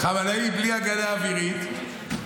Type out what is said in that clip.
חמינאי בלי הגנה אווירית,